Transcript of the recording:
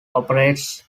operates